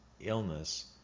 illness